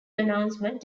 announcement